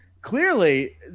clearly